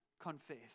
Confess